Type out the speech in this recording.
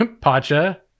Pacha